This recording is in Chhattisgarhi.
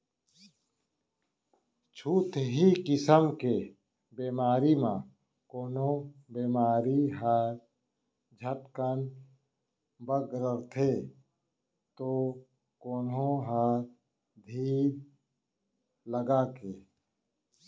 छुतही किसम के बेमारी म कोनो बेमारी ह झटकन बगरथे तौ कोनो ह धीर लगाके